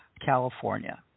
California